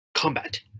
combat